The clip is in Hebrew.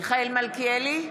מיכאל מלכיאלי,